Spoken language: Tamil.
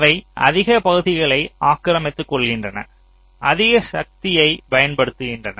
அவை அதிக பகுதியை ஆக்கிரமித்துக் கொள்கின்றன அதிக சக்தியை பயன்படுத்கின்றன